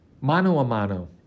mano-a-mano